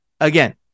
Again